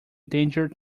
danger